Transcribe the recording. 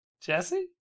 Jesse